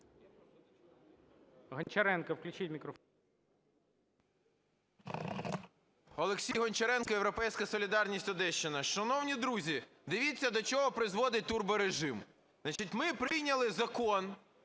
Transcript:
Олексій Гончаренко, "Європейська солідарність", Одещина. Шановні друзі, дивіться до чого призводить турборежим. Значить, ми прийняли закон,